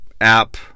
app